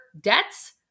debts